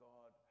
God